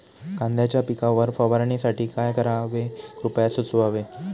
कांद्यांच्या पिकावर फवारणीसाठी काय करावे कृपया सुचवावे